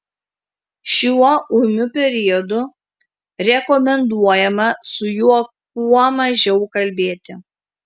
šiuo ūmiu periodu rekomenduojama su juo kuo mažiau kalbėti